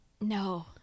No